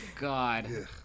god